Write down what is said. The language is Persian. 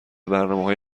برنامههای